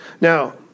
now